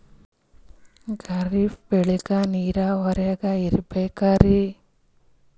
ಖರೀಫ್ ಬೇಳಿಗ ನೀರಾವರಿ ಹ್ಯಾಂಗ್ ಇರ್ಬೇಕರಿ?